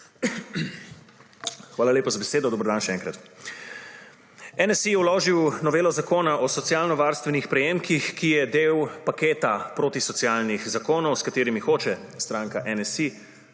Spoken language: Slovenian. Hvala lepa za besedo. Dober dan še enkrat. NSi je vložil novelo Zakona o socialnovarstvenih prejemkih, ki je del paketa protisocialnih zakonov, s katerimi hoče stranka NSi